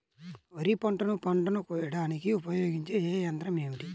వరిపంటను పంటను కోయడానికి ఉపయోగించే ఏ యంత్రం ఏమిటి?